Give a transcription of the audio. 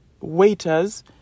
waiters